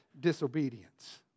disobedience